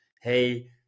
hey